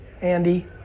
Andy